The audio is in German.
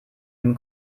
dem